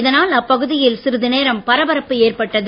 இதனால் அப்பகுதியில் சிறிது நேரம் பரப்பரப்பு ஏற்பட்டது